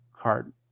card